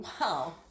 Wow